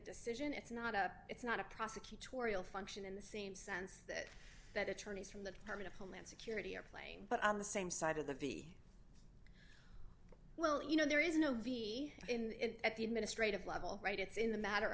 decision it's not a it's not a prosecutorial function in the same sense that that attorneys from the department of homeland security are playing but on the same side of the v well you know there is no v in it at the administrative level right it's in the matter